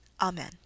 Amen